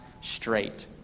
straight